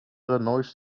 illinois